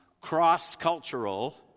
cross-cultural